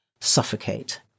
suffocate